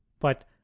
But